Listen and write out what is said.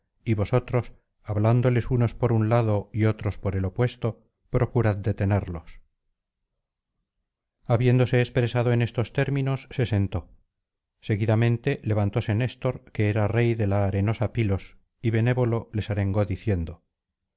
y vosotros hablándoles unos por un lado y otros por el opuesto procurad detenerlos habiéndose expresado en estos términos se sentó seguidamente levantóse néstor que era rey de la arenosa pilos y benévolo les arengó diciendo